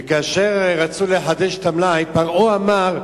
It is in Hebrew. וכאשר רצו לחדש את המלאי, ופרעה אמר: